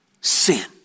sin